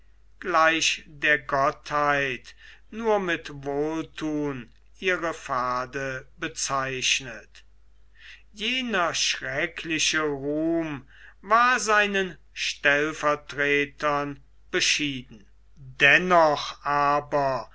gleich der gottheit nur mit wohlthun ihre pfade bezeichnet jener schreckliche ruhm war seinen stellvertretern beschieden dennoch aber